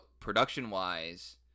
Production-wise